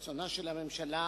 התשס"ח 2008. בבקשה, אדוני השר.